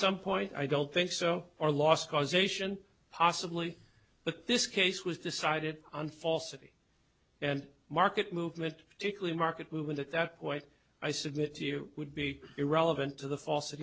some point i don't think so or lost causation possibly but this case was decided on falsity and market movement particularly market movement at that point i submit to you would be irrelevant to the fa